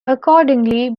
accordingly